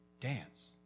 dance